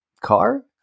car